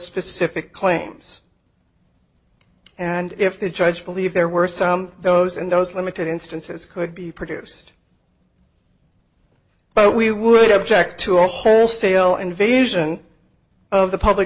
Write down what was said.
specific claims and if the judge believe there were some those in those limited instances could be produced but we would object to a stale invasion of the public